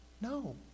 No